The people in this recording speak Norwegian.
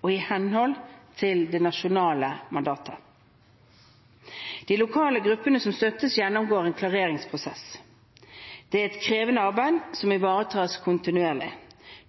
og i henhold til det nasjonale mandatet. De lokale gruppene som støttes, gjennomgår en klareringsprosess. Det er et krevende arbeid som må ivaretas kontinuerlig,